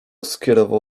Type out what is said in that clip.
skierował